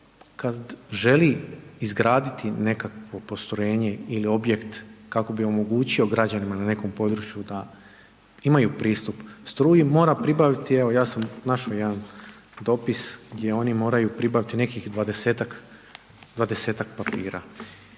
kada želi izgraditi nekakvo postrojenje ili objekt, kako bi omogućio građanima na nekom području da imaju pristup struji, moraju pribaviti, evo, ja sam našao jedan dopis, gdje oni moraju pribaviti nekih 20-tak papira.